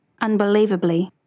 Unbelievably